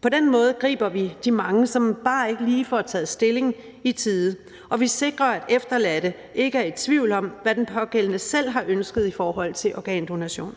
På den måde griber vi de mange, som bare ikke lige får taget stilling i tide, og vi sikrer, at efterladte ikke er i tvivl om, hvad den pågældende selv har ønsket i forhold til organdonation.